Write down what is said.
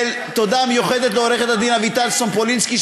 ותודה מיוחדת לעורכת-דין אביטל סומפולינסקי,